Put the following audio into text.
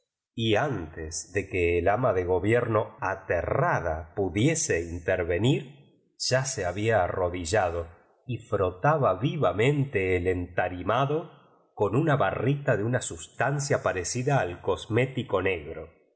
y antes de que el ama de gobierno ate rrada pudiese intervenir ya se había arro dillado y frotaba vivamente el entarimado con una barrita de una sustancia parecida új cosmético negro a